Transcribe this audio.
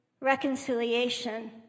reconciliation